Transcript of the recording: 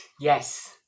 yes